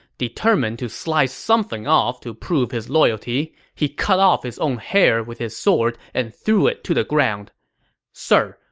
determined to slice something off to prove his loyalty, he cut off his own hair with his sword and threw it to the ground sir,